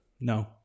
no